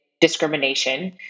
discrimination